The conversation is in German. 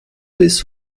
bis